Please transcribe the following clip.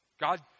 God